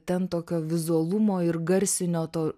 ten tokio vizualumo ir garsinio to